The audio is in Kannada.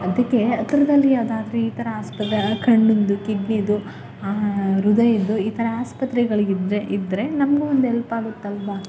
ಅದಕ್ಕೆ ಹತ್ರದಲ್ಲಿ ಯಾವುದಾದ್ರು ಈ ಥರ ಆಸ್ಪತ್ರೆ ಕಣ್ಣಿಂದು ಕಿಡ್ನಿದು ಹಾಂ ಹೃದಯದ್ದು ಈ ಥರ ಆಸ್ಪತ್ರೆಗಳಿಗಿದ್ದರೆ ಇದ್ದರೆ ನಮಗೂ ಒಂದು ಎಲ್ಪ್ ಆಗುತ್ತಲ್ವ